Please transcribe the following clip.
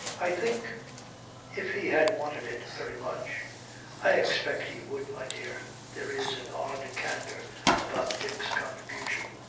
i think if he had wanted it very much i expect he would, my dear there is an odd candour about dick's contribution.